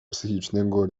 psychicznego